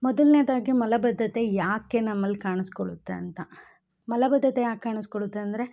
ಮೊದಲ್ನೆದಾಗಿ ಮಲಬದ್ದತೆ ಯಾಕೆ ನಮ್ಮಲ್ಲಿ ಕಾಣಿಸ್ಕೊಳುತ್ತೆ ಅಂತ ಮಲಬದ್ದತೆ ಯಾಕೆ ಕಾಣಿಸ್ಕೊಳುತ್ತೆ ಅಂದರೆ